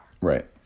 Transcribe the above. Right